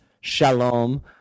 shalom